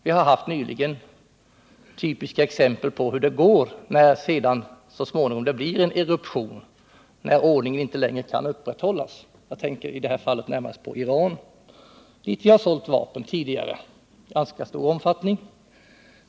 Vi har nyligen haft typiska exempel på hur det går när det sedan så småningom blir en eruption, när ordningen inte längre kan upprätthållas. Jag tänker närmast på Iran, dit vi har sålt vapen tidigare i rätt stor omfattning.